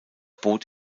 bot